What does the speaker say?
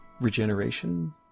regeneration